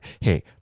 Hey